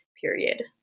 period